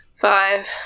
Five